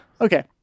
Okay